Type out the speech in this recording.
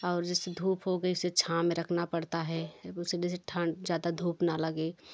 और जैसे धूप हो गई उसे छाँव में रखना पड़ता है उसे जैसे ठंड ज़्यादा धूप न लगे